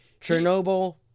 Chernobyl